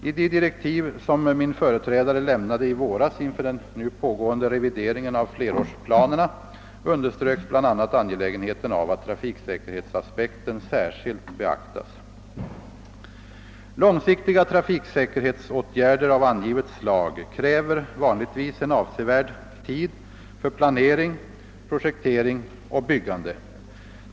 I de direktiv som min företrädare lämnade i våras inför den nu pågående revideringen av flerårsplanerna underströks bl.a. angelägenheten av att trafiksäkerhetsaspekten särskilt beaktas. Långsiktiga — trafiksäkerhetsåtgärder av angivet slag kräver vanligtvis en avsevärd tid för planering, projektering och byggande.